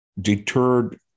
deterred